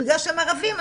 בגלל שהם ערבים,